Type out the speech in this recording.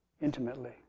intimately